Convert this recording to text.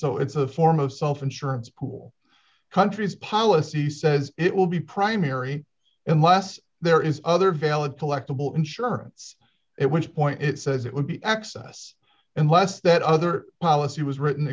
so it's a form of self insurance pool countries policy says it will be primary unless there is other valid collectable insurance it which point it says it would be access unless that other policy was written